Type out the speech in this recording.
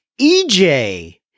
EJ